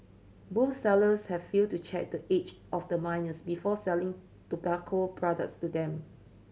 both sellers have failed to check the age of the minors before selling tobacco products to them